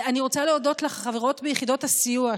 אני רוצה להודות לחברות ביחידות הסיוע,